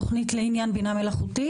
תוכנית לעניין בינה מלאכותית?